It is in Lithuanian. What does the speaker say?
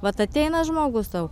vat ateina žmogus sau